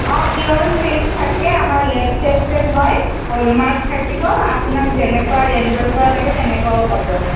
অঁ pure silk থাকে আমাৰ লেপ টেষ্টেড হয় হ'লমাৰ্ক থাকিব আপোনাক যেনেকুৱা ৰেঞ্জৰপৰা লাগে তেনেকুৱাও পাব